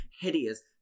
hideous